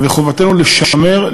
ומחובתנו לשמר,